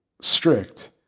strict